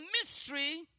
mystery